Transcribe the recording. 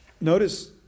notice